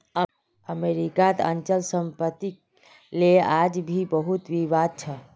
अमरीकात अचल सम्पत्तिक ले आज भी बहुतला विवाद छ